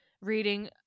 reading